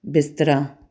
ਬਿਸਤਰਾ